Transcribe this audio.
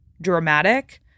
dramatic